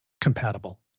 compatible